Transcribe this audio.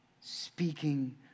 Speaking